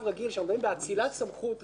שאנחנו באים באצילת סמכות רגילה